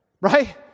right